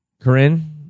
Corinne